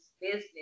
business